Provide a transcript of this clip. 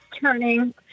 turning